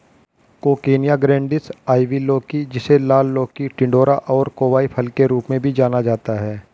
coccinia grandis, ivy लौकी, जिसे लाल लौकी, टिंडोरा और कोवाई फल के रूप में भी जाना जाता है